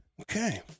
Okay